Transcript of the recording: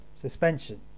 Suspension